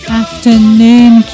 afternoon